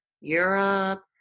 Europe